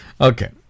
Okay